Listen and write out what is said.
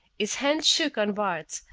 his hand shook on bart's,